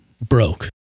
broke